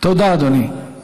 תודה, אדוני.